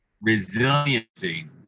resiliency